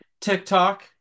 TikTok